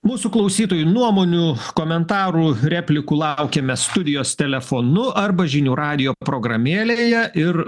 mūsų klausytojų nuomonių komentarų replikų laukiame studijos telefonu arba žinių radijo programėlėje ir